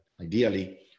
ideally